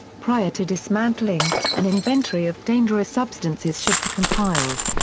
prior to dismantling, an inventory of dangerous substances should to compiled.